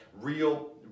real